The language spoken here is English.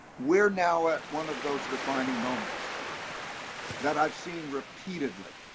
we're now at one of those defining moments that i've seen repeatedly.